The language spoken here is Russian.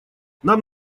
нам